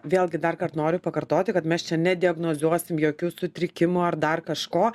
vėlgi dar kart noriu pakartoti kad mes čia ne diagnozuosim jokių sutrikimų ar dar kažko